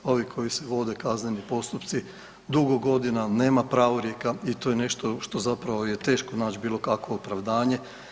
Ovi koji se vode kazneni postupci dugo godina nema pravorijeka i to je nešto što zapravo je teško naći bilo kakvo opravdanje.